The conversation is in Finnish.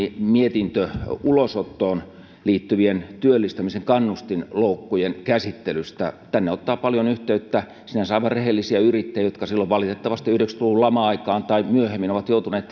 mietintö ulosottoon liittyvien työllistymisen kannustinloukkujen käsittelystä tänne ottaa paljon yhteyttä sinänsä aivan rehellisiä yrittäjiä jotka valitettavasti silloin yhdeksänkymmentä luvun laman aikaan tai myöhemmin ovat joutuneet